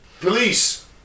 Police